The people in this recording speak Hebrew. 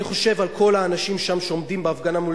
אני חושב על כל האנשים שם שעומדים בהפגנה מול